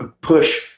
push